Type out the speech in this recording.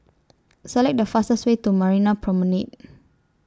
Select The fastest Way to Marina Promenade